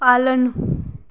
पालन